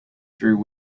through